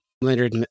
Leonard